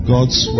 God's